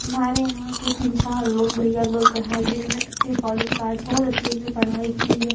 हमारे यहाँ के तीन चार लोग भैया लोग है जिन्होंने अच्छे कॉलेज में बहुत अच्छे से पढ़ाई की है